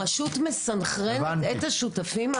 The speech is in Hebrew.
הרשות מסנכרנת את השותפים האחרים.